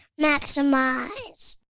maximize